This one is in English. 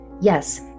Yes